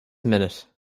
minute